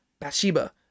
Bathsheba